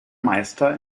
meister